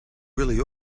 really